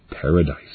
paradise